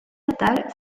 natale